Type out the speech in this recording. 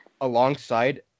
alongside